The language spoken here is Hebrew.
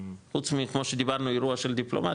חוץ ממה שדיברנו אירוע של דיפלומט,